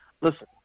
listen